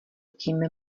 tím